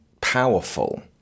powerful